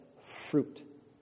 fruit